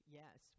yes